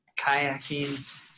kayaking